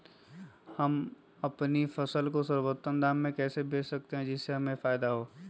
हम अपनी फसल को सर्वोत्तम दाम में कैसे बेच सकते हैं जिससे हमें फायदा हो?